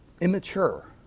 immature